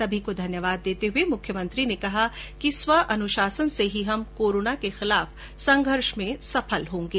सभी को धन्यवाद देते हये मुख्यमंत्री ने कहा कि स्वः अनुशासन से ही हम कोरोना के खिलाफ संघर्ष में सफल होंगे